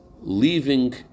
leaving